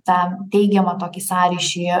tą teigiamą tokį sąryšį